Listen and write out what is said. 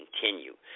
continue